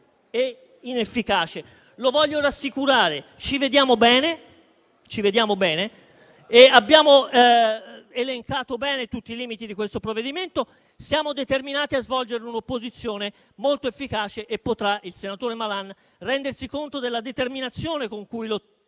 e inefficace. Lo voglio rassicurare: ci vediamo bene e abbiamo elencato bene tutti i limiti di questo provvedimento. Siamo determinati a svolgere un'opposizione molto efficace e il senatore Malan potrà rendersi conto della determinazione con cui